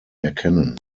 erkennen